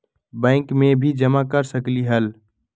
Bank में भी जमा कर सकलीहल?